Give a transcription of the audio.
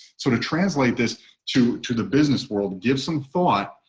so to translate this to to the business world give some thought.